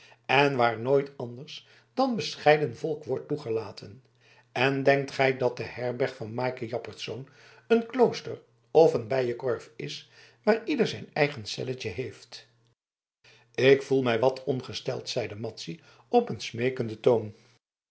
en waar nooit anders dan bescheiden volk wordt toegelaten en denkt gij dat de herberg van maaike jaspersz een klooster of een bijenkorf is waar ieder zijn eigen celletje heeft ik voel mij wat ongesteld zeide madzy op een smeekenden toon